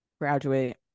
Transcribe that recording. graduate